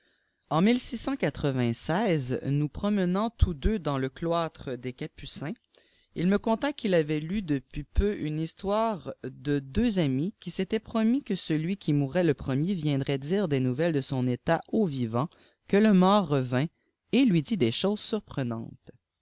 en nous promenant tous deux dans le cloître des capucins if me conta qu'il avait lu depuis peu une histoire de deux amis qui s'étaient promis que celui qui mourrait le premier viendrait dire des nouvelles de son état au vivant que le mort revint et lui dit des choses surprenantes